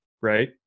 right